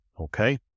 Okay